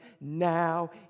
now